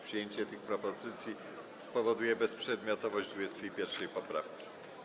Przyjęcie tych propozycji spowoduje bezprzedmiotowość 21. poprawki.